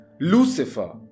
Lucifer